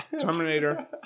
Terminator